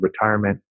retirement